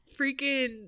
freaking